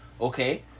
okay